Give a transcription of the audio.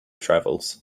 travels